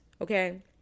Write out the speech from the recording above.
okay